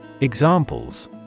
Examples